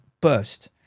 burst